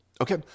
Okay